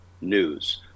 news